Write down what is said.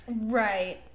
Right